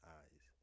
eyes